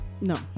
no